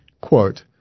Quote